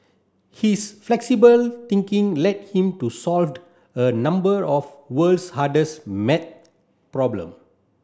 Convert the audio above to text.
his flexible thinking led him to solved a number of world's hardest maths problem